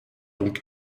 donc